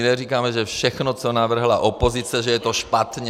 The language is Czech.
My neříkáme, že všechno, co navrhla opozice, že je to špatně.